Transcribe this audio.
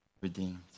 redeemed